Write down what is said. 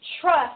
trust